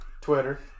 Twitter